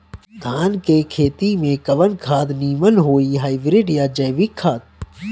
धान के खेती में कवन खाद नीमन होई हाइब्रिड या जैविक खाद?